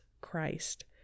Christ